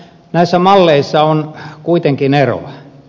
näissä malleissa on kuitenkin eroa